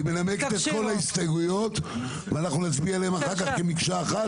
היא מנמקת את כל ההסתייגויות ואנחנו נצביע עליהן אחר כך כמקשה אחת?